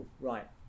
Right